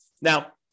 Now